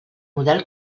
model